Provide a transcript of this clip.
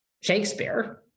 Shakespeare